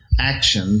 action